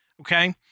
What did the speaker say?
Okay